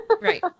Right